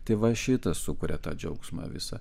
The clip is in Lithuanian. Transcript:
tai va šitas sukuria tą džiaugsmą visą